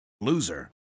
loser